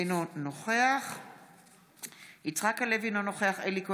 אינו נוכח מאיר יצחק הלוי, אינו נוכח אלי כהן,